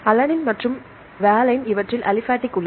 அலனின் மற்றும் வெலைன் இவற்றில் அழிபாட்டிக் உள்ளது